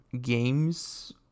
games